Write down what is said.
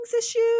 issues